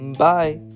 bye